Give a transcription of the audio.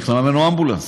צריך לממן לו אמבולנס.